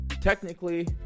technically